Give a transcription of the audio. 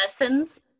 lessons